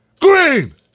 Green